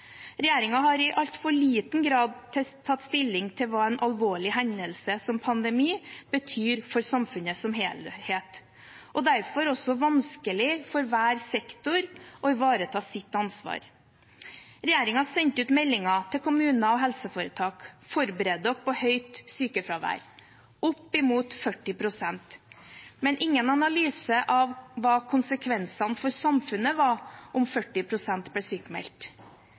har i altfor liten grad tatt stilling til hva en alvorlig hendelse som pandemi betyr for samfunnet som helhet, og det er derfor vanskelig for hver sektor å ivareta sitt ansvar. Regjeringen sendte ut meldinger til kommuner og helseforetak: Forbered dere på høyt sykefravær, opp imot 40 pst., men ingen analyse av hva konsekvensene for samfunnet var om 40 pst. ble